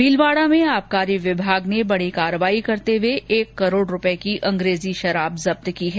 भीलवाड़ा में आबकारी विभाग ने बड़ी कार्रवाई करते हुए एक करोड़ रुपये की अंग्रेजी शराब जुब्त की है